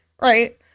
right